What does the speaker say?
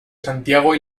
santiago